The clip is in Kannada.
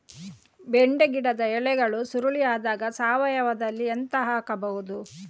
ಬೆಂಡೆ ಗಿಡದ ಎಲೆಗಳು ಸುರುಳಿ ಆದಾಗ ಸಾವಯವದಲ್ಲಿ ಎಂತ ಹಾಕಬಹುದು?